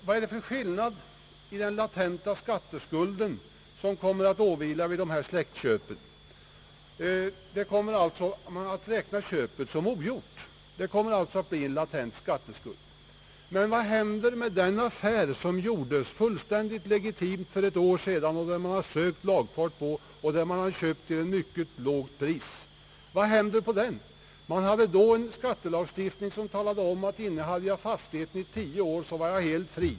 Vad är det för olikhet i den latenta skatteskuld, som kommer att åvila vid släktköpet? Man kommer att räkna köpet som ogjort, och det blir alltså en latent skatteskuld. Men vad händer med det köp som till mycket lågt pris gjordes fullständigt legitimt för ett år sedan och som man har sökt lagfart på? Då gällande skattelagstiftning talade om att en fastighet som innehafts tio år var helt befriad från realisationsvinstbeskattning.